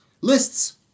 Lists